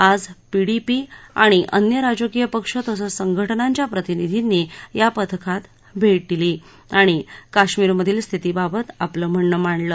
आज पीडीपी आणि अन्य राजकीय पक्ष तसंच संघ जांच्या प्रतिनिधींनी या पथकास भे दिली आणि कश्मीरमधील स्थितीबाबत आपले म्हणणे मांडले